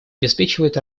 обеспечивает